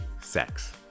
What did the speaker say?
sex